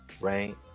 right